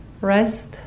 rest